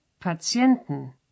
Patienten